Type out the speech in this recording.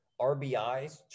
RBIs